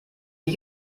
wie